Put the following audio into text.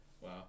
Wow